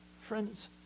friends